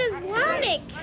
Islamic